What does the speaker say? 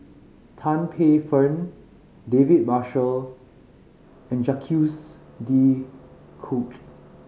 Tan Paey Fern David Marshall and Jacques De Coutre